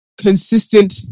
consistent